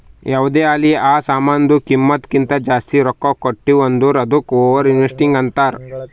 ಯಾವ್ದೇ ಆಲಿ ಆ ಸಾಮಾನ್ದು ಕಿಮ್ಮತ್ ಕಿಂತಾ ಜಾಸ್ತಿ ರೊಕ್ಕಾ ಕೊಟ್ಟಿವ್ ಅಂದುರ್ ಅದ್ದುಕ ಓವರ್ ಇನ್ವೆಸ್ಟಿಂಗ್ ಅಂತಾರ್